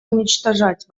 уничтожать